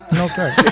Okay